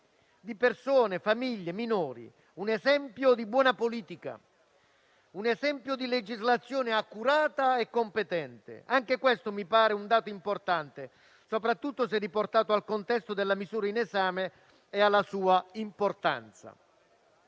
di persone, famiglie, minori. Si tratta di un esempio di buona politica, di legislazione accurata e competente. Anche questo mi pare un dato importante, soprattutto se riportato al contesto della misura in esame e alla sua importanza.